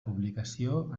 publicació